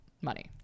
money